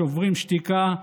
שוברים שתיקה,